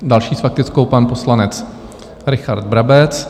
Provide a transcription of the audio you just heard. Další s faktickou pan poslanec Richard Brabec.